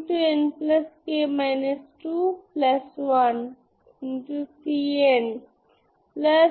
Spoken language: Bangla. আমাদের একটি ম্যাট্রিক্স আছে